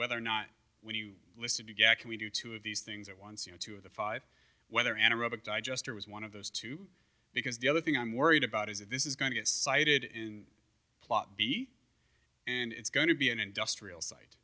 whether or not when you listen to get can we do two of these things at once you know two of the five whether anaerobic digester was one of those two because the other thing i'm worried about is if this is going to get cited in plot b and it's going to be an industrial site